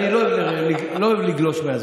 עכשיו אני רוצה להגיד לך משהו.